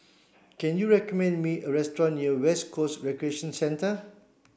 can you recommend me a restaurant near West Coast Recreation Centre